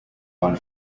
one